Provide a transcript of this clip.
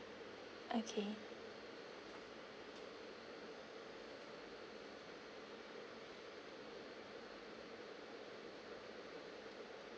okay